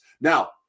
Now